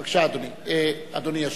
בבקשה, אדוני ישיב.